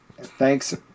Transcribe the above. thanks